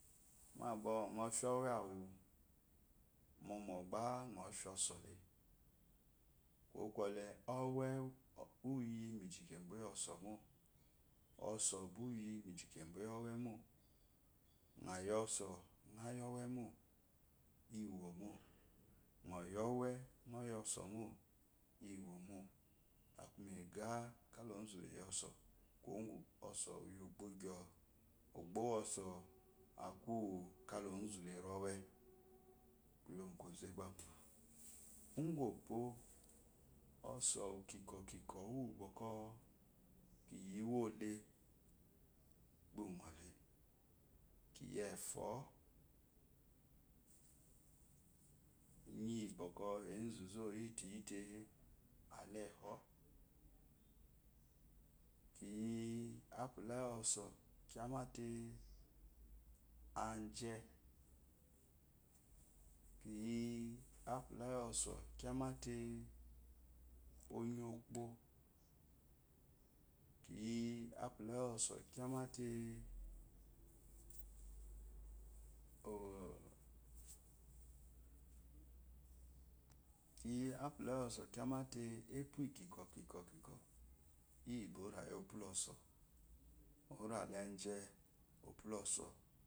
Babwɔkwɔ ngo fia owe ahu momo gbe ngo fia osole kuwo kɔle owe uyi miji kebo iyi oso mo osoba uyi mijikebo iyi iwomo ngo yi owe ngoyi owemo iwomo ngo yi we ngoyi osomo iwomo aku mege ka onzu leyi oso kuwogu oso uyi ogbo gyoo ogbo woso akuwu kala onzule nowe u gwoze gba ungolle kiyi kiyi efo iyibwɔkwɔ enzuzu oyituyite alefo kiyi apula yoso kyamato aje kiyi apulayoso kymata oyokpo kiyi apulayoso kyamata kiyiapulayoso kyamate epu kikwo kikwo bwɔ rayi opulaso. oraleje opuloso.